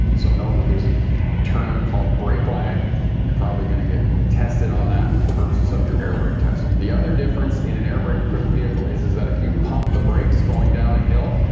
so know that there's a term called brake lag and you're probably going to and get tested on that for the purposes of your air brake test. the other difference in an air brake equipped vehicle is is that if you pump the brakes going downhill,